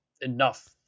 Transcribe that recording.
Enough